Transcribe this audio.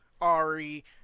Ari